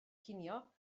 cinio